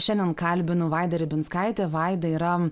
šiandien kalbinu vaidą ribinskaitę vaida yra